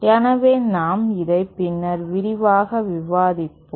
எனவே நாம் இதை பின்னர் விரிவாக விவாதிப்போம்